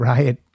Riot